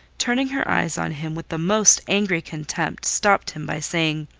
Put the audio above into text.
turning her eyes on him with the most angry contempt, stopped him, by saying,